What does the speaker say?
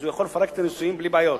אז הוא יכול לפרק את הנישואים בלי בעיות.